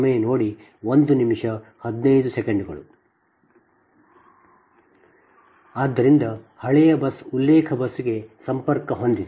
ಆದ್ದರಿಂದ ಅಂದರೆ ಹಳೆಯ ಬಸ್ ಉಲ್ಲೇಖ ಬಸ್ಗೆ ಸಂಪರ್ಕ ಹೊಂದಿದೆ